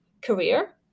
career